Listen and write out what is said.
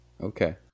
Okay